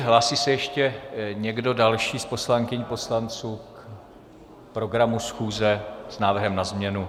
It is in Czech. Hlásí se ještě někdo další z poslankyň, poslanců k programu schůze s návrhem na změnu?